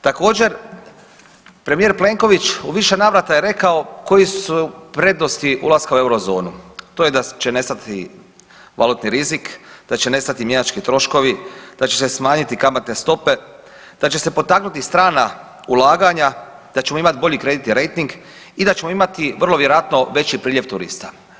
Također premijer Plenković u više navrata je rekao koje su prednosti ulaska u eurozonu, to je da će nestati valutni rizik da će nestati mjenjački troškovi, da će se smanjiti kamatne stope, da će se potaknuti strana ulaganja, da ćemo imati bolji kreditni rejting i da ćemo imati vrlo vjerojatno već priljev turista.